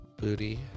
Booty